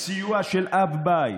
סיוע של אב בית.